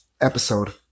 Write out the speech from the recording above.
episode